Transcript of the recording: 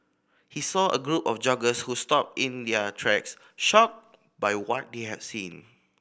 he saw a group of joggers who stopped in their tracks shocked by what they had seen